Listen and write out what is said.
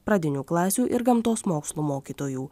pradinių klasių ir gamtos mokslų mokytojų